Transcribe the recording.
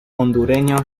hondureño